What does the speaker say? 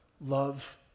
Love